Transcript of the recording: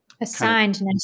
assigned